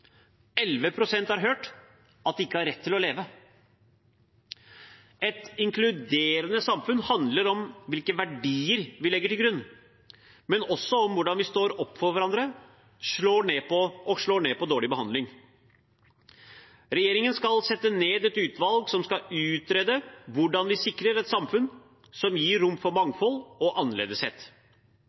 har hørt at de ikke har rett til å leve. Et inkluderende samfunn handler om hvilke verdier vi legger til grunn, men også om hvordan vi står opp for hverandre og slår ned på dårlig behandling. Regjeringen skal sette ned et utvalg som skal utrede hvordan vi sikrer et samfunn som gir rom for mangfold og